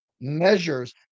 measures